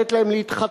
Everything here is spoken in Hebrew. לתת להם להתחתן,